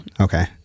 okay